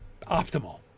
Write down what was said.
optimal